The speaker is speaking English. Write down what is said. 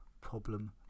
problem